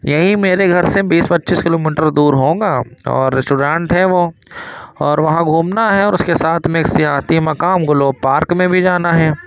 یہی میرے گھر سے بیس پچیس کلو میٹر دور ہوگا اور ریسٹورانٹ ہے وہ اور وہاں گھومنا ہے اور اس کے ساتھ میں ایک سیاحتی مقام گلو پارک میں بھی جانا ہے